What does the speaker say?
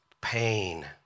pain